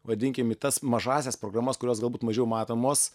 vadinkim į tas mažąsias programas kurios galbūt mažiau matomos